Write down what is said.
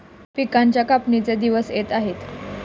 पिकांच्या कापणीचे दिवस येत आहेत